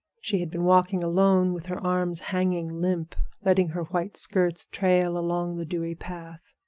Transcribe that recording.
she had been walking alone with her arms hanging limp, letting her white skirts trail along the dewy path.